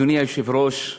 אדוני היושב-ראש,